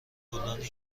گلدانی